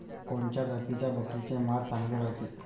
कोनच्या जातीच्या बकरीचे मांस चांगले रायते?